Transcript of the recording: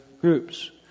groups